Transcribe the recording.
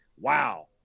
wow